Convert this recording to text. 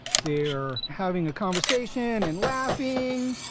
they're having a conversation and laughing,